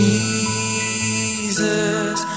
Jesus